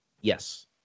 Yes